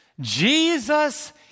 Jesus